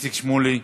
איציק שמולי,